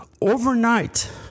Overnight